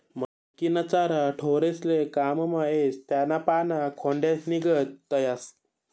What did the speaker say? मक्कीना चारा ढोरेस्ले काममा येस त्याना पाला खोंड्यानीगत दखास